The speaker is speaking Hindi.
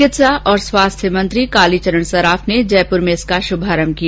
चिकित्सा और स्वास्थ्य मंत्री कालीचरण सराफ ने जयपुर में इसका शुभारंभ किया